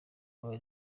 aba